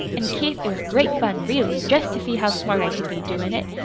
an' keith, it was great fun, really, jest to see how smart i could be, doin' it.